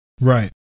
Right